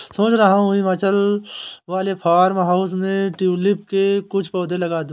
सोच रहा हूं हिमाचल वाले फार्म हाउस पे ट्यूलिप के कुछ पौधे लगा दूं